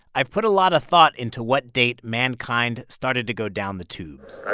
i've put a lot of thought into what date mankind started to go down the tubes